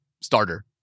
starter